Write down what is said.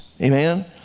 amen